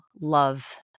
love